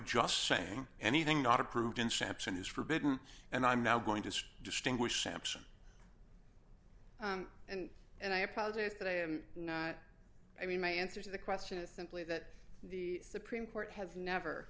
just saying anything not approved in sampson is forbidden and i'm now going to say distinguish sampson and and i apologize that i am i mean my answer to the question is simply that the supreme court has never